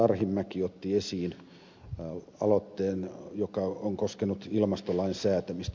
arhinmäki otti esiin aloitteen joka on koskenut ilmastolain säätämistä